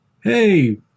Hey